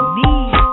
need